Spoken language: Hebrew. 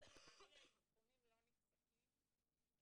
כי האבחונים לא נפסקים,